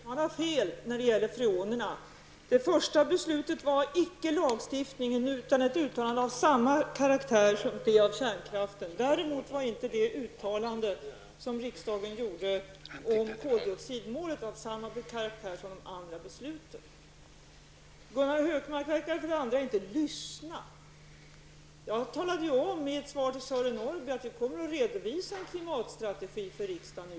Fru talman! Gunnar Hökmark har fel när det gäller freonerna. Det första beslutet gällde inte lagstiftningen utan ett uttalande av samma karaktär som det om kärnkraften. Däremot har inte det uttalande som riksdagen gjorde om koldioxidmålet samma karaktär som de andra besluten. Gunnar Hökmark tycks vidare inte lyssna på vad jag säger. I mitt svar till Sören Norrby sade jag att vi nu i vår kommer att redovisa en klimatstrategi för riksdagen.